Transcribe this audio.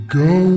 go